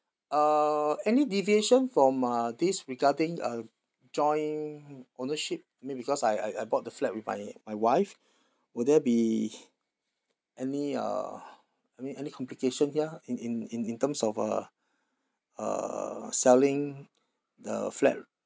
uh any deviation from uh this regarding uh joint ownership may because I I I bought the flat with my my wife would there be any uh I mean any complication here in in in in terms of uh uh selling the flat